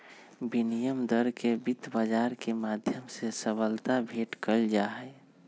विनिमय दर के वित्त बाजार के माध्यम से सबलता भेंट कइल जाहई